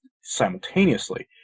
simultaneously